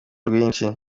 rwinshi